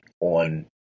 on